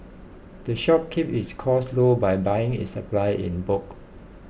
the shop keeps its costs low by buying its supplies in bulk